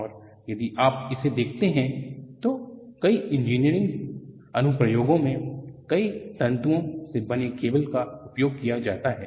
और यदि आप इसे देखते हैं तो कई इंजीनियरिंग अनुप्रयोगों में कई तंतुओ के बने केबल का उपयोग किया जाता है